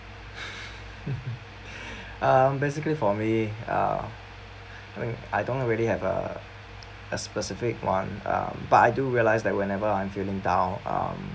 um basically for me uh I mean I don't really have a a specific one um but I do realize that whenever I'm feeling down um